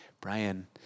Brian